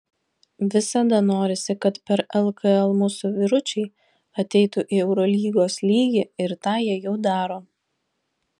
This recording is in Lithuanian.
visada norisi kad per lkl mūsų vyručiai ateitų į eurolygos lygį ir tą jie jau daro